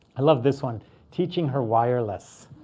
i love this one teaching her wireless.